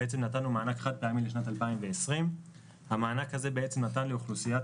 בעצם נתנו מענק חד פעמי לשנת 2020. המענק הזה נתן לאוכלוסיית